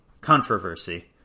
Controversy